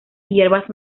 hierbas